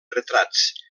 retrats